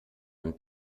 und